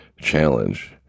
Challenge